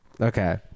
okay